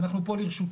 אנחנו פה לרשותכם.